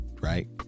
Right